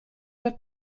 veux